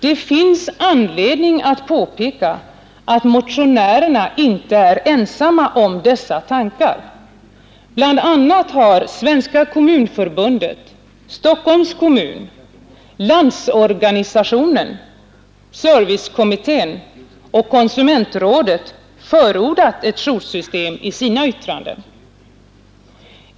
Det finns anledning att påpeka att motionärerna inte är ensamma om dessa tankar. Bl. a. har Svenska kommunförbundet, Stockholms kommun, Landsorganisationen, servicekommittén och konsumentrådet förordat ett joursystem i sina yttranden.